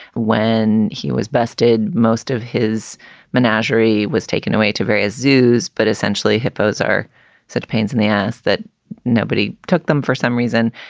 when he was bested, most of his menagerie was taken away to various zoos. but essentially, hippos are such pain in the ass that nobody took them for some reason.